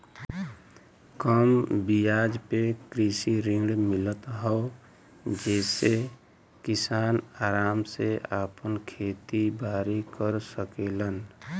कम बियाज पे कृषि ऋण मिलत हौ जेसे किसान आराम से आपन खेती बारी कर सकेलन